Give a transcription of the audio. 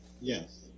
Yes